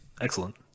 Excellent